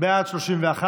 יהדות התורה,